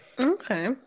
Okay